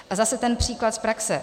A zase ten příklad z praxe.